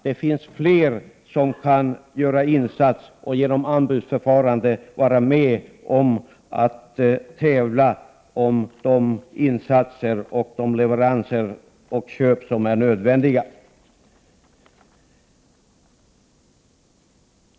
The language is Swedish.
Det är fler än SJ som genom anbudsförfarande kan vara med och tävla om de insatser, leveranser och köp som är nödvändiga.